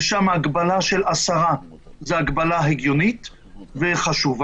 ושם הגבלה של 10 זו הגבלה הגיונית וחשובה,